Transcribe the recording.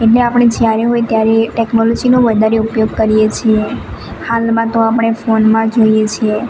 એટલે આપણે જ્યારે હોય ત્યારે ટેક્નોલોજીનો વધારે ઉપયોગ કરીએ છીએ હાલમાં તો આપણે ફોનમાં જોઈએ છીએ